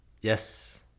Yes